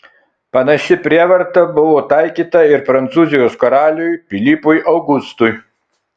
panaši prievarta buvo taikyta ir prancūzijos karaliui pilypui augustui